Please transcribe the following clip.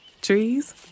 Trees